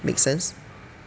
makes sense